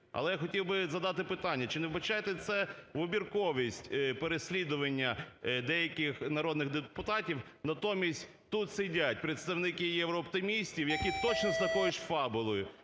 Але я хотів би задати питання, чи не вбачаєте це вибірковість переслідування деяких народних депутатів? Натомість тут сидять представники єврооптимістів, які точно з такою ж фабулою